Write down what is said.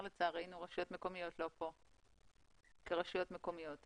לצערנו רשויות מקומיות לא כאן כרשויות מקומיות.